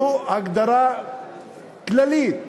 זו הגדרה כללית,